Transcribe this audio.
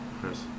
Chris